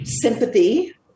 Sympathy